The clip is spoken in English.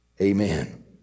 amen